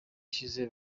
ishize